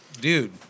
Dude